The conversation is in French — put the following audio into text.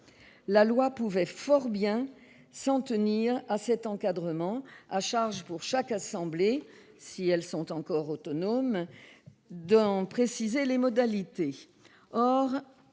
La loi pouvait fort bien s'en tenir à cet encadrement, à charge pour chacune des assemblées, si elles sont encore autonomes, d'en préciser les modalités.